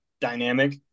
dynamic